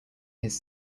his